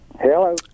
Hello